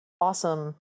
awesome